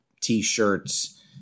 T-shirts